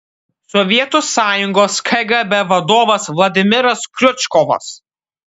sovietų sąjungos kgb vadovas vladimiras kriučkovas